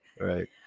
Right